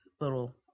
little